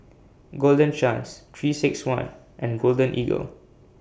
Golden Chance three six one and Golden Eagle